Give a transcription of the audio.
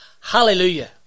Hallelujah